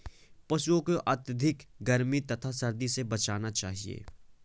पशूओं को अत्यधिक गर्मी तथा सर्दी से बचाना चाहिए